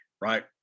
right